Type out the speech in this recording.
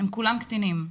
הם כולם קטינים.